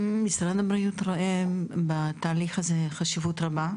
משרד הבריאות רואה בתהליך הזה חשיבות רבה.